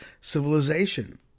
civilization